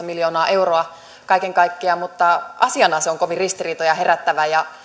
miljoonaa euroa kaiken kaikkiaan mutta asiana se on kovin ristiriitoja herättävä